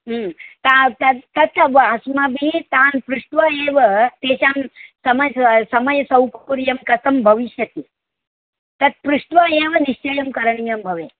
ताव् तत् ततव अस्माभिः तान् पृष्ट्वा एव तेषां सम समयसौकर्यं कथं भविष्यति तत् पृष्ट्वा एव निश्चयं करणीयं भवेत्